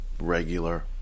Regular